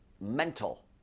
mental